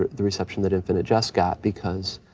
the reception that infinite jest got because,